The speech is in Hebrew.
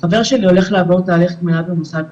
חבר שלי הולך לעבור תהליך גמילה במוסד פרטי,